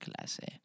clase